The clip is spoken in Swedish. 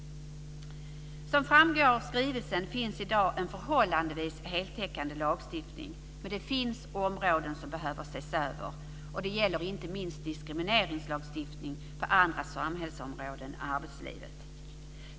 Som framgår av skrivelsen finns i dag en förhållandevis heltäckande lagstiftning. Men det finns områden som behöver ses över. Det gäller inte minst diskrimineringslagstiftning på andra samhällsområden än arbetslivet.